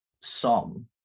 song